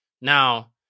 Now